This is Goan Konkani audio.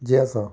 जी आसा